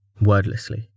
Wordlessly